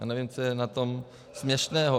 Nevím, co je na tom směšného.